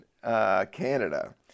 Canada